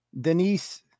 Denise